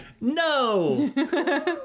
No